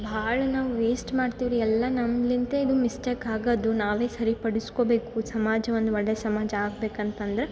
ಭಾಳ ನಾವು ವೇಸ್ಟ್ ಮಾಡ್ತೀವಿ ರೀ ಎಲ್ಲ ನಮ್ಮಲಿಂತೆ ಇದು ಮಿಸ್ಟೇಕ್ ಆಗೋದು ನಾವೇ ಸರಿ ಪಡಿಸಿಕೋಬೇಕು ಸಮಾಜ ಒಂದು ಒಳ್ಳೇ ಸಮಾಜ ಆಗ್ಬೇಕಂತಂದ್ರೆ